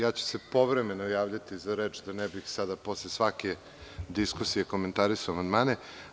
Ja ću se povremeno javljati za reč da ne bih sada posle svake diskusije komentarisao amandmane.